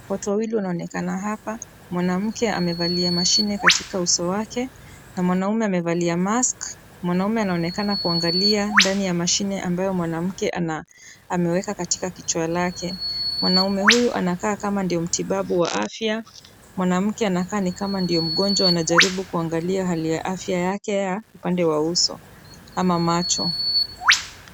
Watu wawili wanaonekana hapa, mwanamke amevalia mashine katika uso wake na mwanaume amevalia mask . Mwanaume anaonekana kuangalia ndani mashine ambayo mwanamke ameweka katika kichwa lake. Mwanaume huyu anakaa kama ndiye mtibabu wa afya, mwanamke anakaa ni kama ndiye mgonjwa anajaribu kuangalia hali ya afya yake ya upande ya uso ama macho.